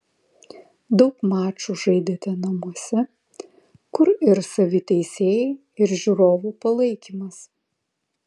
daug mačų žaidėte namuose kur ir savi teisėjai ir žiūrovų palaikymas